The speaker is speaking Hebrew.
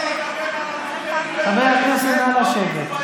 חברי הכנסת, נא לשבת.